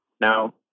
Now